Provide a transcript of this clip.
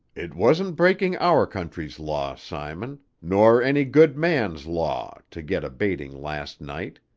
it wasn't breaking our country's law, simon, nor any good man's law, to get a baiting last night.